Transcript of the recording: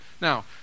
Now